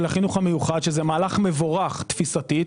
החינוך המיוחד שזה מהלך מבורך תפיסתית